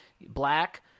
black